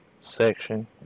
section